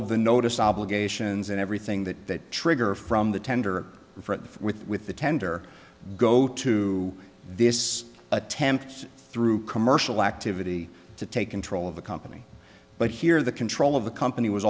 of the notice obligations and everything that trigger from the tender for it with with the tender go to this attempt through commercial activity to take control of the company but here the control of the company was